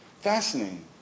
Fascinating